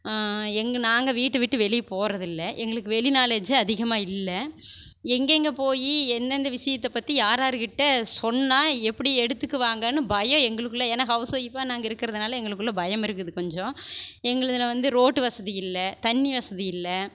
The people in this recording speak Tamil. எங்கே நாங்கள் வீட்டை விட்டு வெளியே போறதில்லை எங்களுக்கு வெளி நாலேஜு அதிகமாக இல்லை எங்கெங்கே போய் எந்தெந்த விஷயத்தை பற்றி யாரார்கிட்ட சொன்னால் எப்படி எடுத்துக்குவாங்கன்னு பயம் எங்களுக்குள்ளே ஏன்னா ஹவுஸ்ஒய்ஃபாக நாங்கள் இருக்கிறதுனால எங்களுக்குள்ளே பயம் இருக்குது கொஞ்சம் எங்களுதில் வந்து ரோட்டு வசதி இல்லை தண்ணீர் வசதி இல்லை